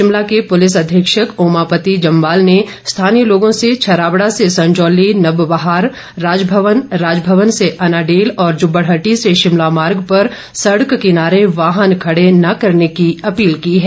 शिमला के पुलिस अधीक्षक ओमापति जमवाल ने स्थानीय लोगों से छराबड़ा से संजौली नवबहार राजभवन राजभवन से अनाडेल और जुब्बड़हट्टी से शिमला मार्ग पर सड़क किनारे वाहन खड़े न करने की अपील की है